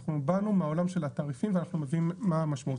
אנחנו באנו מהעולם של התעריפים ואנחנו מבינים מה המשמעות.